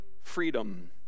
freedom